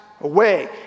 away